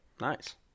Nice